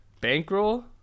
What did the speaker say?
Bankroll